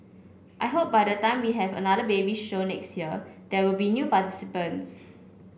I hope by the time we have another baby show next year there will be new participants